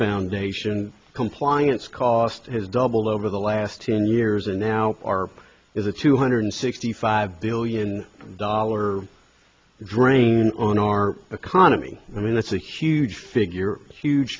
foundation compliance cost has doubled over the last ten years and now our is a two hundred sixty five billion dollar drain on our economy i mean that's a huge figure huge